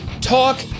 talk